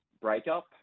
Breakup